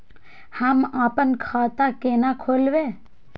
हम आपन खाता केना खोलेबे?